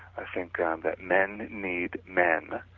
i think um that men need men